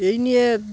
এই নিয়ে